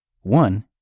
One